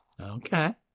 Okay